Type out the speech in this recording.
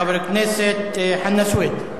חבר הכנסת חנא סוייד.